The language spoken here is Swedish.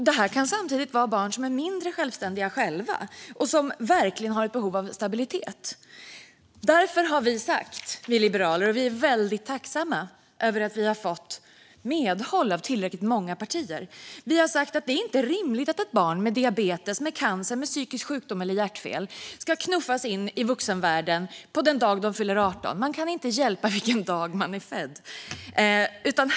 Det här kan samtidigt vara fråga om barn som är mindre självständiga och som verkligen har behov av stabilitet. Därför har vi liberaler sagt - och vi är tacksamma över att vi har fått medhåll av tillräckligt många partier - att det inte är rimligt att ett barn med diabetes, cancer, psykisk sjukdom eller hjärtfel ska knuffas in i vuxenvärlden den dag det fyller 18. Man kan inte hjälpa vilken dag man är född.